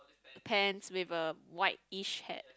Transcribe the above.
the pants with a whitish hat